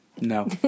No